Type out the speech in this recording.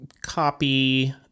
copy